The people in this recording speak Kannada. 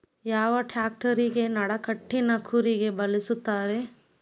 ಯಾವ ಟ್ರ್ಯಾಕ್ಟರಗೆ ನಡಕಟ್ಟಿನ ಕೂರಿಗೆ ಬಳಸುತ್ತಾರೆ?